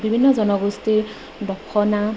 বিভিন্ন জনগোষ্ঠীৰ দখনা